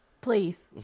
Please